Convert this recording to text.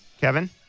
Kevin